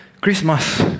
Christmas